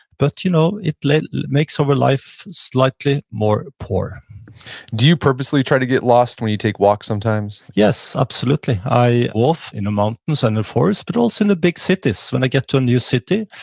but you know it like makes our life slightly more poor do you purposefully try to get lost when you take walks sometimes? yes, absolutely. i, off in the mountains and the forest, but also in the big cities. when i get to a new city,